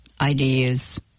ideas